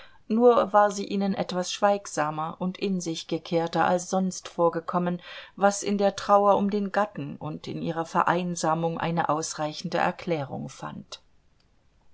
nur war sie ihnen etwas schweigsamer und in sich gekehrter als sonst vorgekommen was in der trauer um den gatten und in ihrer vereinsamung eine ausreichende erklärung fand